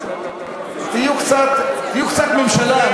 תהיו קצת ממשלה,